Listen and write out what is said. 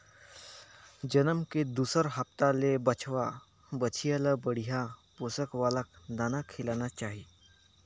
जनम के दूसर हप्ता ले बछवा, बछिया ल बड़िहा पोसक वाला दाना खिलाना चाही